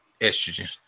estrogen